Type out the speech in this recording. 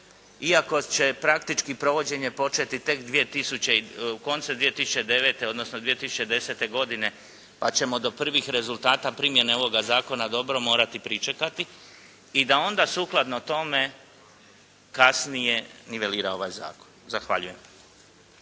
iako će praktički provođenje početi tek koncem 2009. odnosno 2010. godine pa ćemo do prvih rezultata primjene ovoga zakona dobro morati pričekati i da onda sukladno tome kasnije nivelira ovaj zakon. Zahvaljujem.